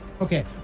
Okay